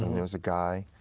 and there was a guy